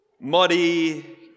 Muddy